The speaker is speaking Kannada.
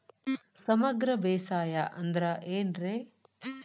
ಸಮಗ್ರ ಬೇಸಾಯ ಅಂದ್ರ ಏನ್ ರೇ?